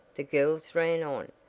the girls ran on,